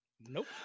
nope